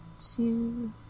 two